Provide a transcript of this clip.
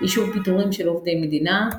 אישור פיטורים של עובדי מדינה.